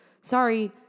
sorry